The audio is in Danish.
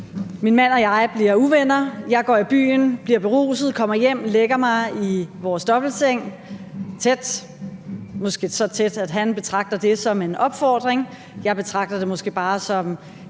Min mand og jeg bliver uvenner, jeg går i byen, bliver beruset, kommer hjem og lægger mig i vores dobbeltseng, tæt på, måske så tæt, at han betragter det som en opfordring. Jeg betragter det måske bare som